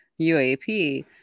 UAP